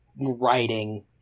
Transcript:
writing